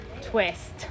Twist